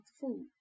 food